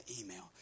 email